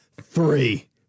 Three